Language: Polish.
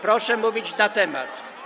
Proszę mówić na temat.